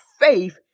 faith